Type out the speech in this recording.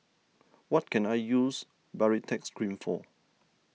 what can I use Baritex Cream for